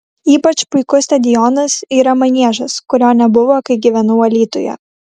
ypač puikus stadionas yra maniežas kurio nebuvo kai gyvenau alytuje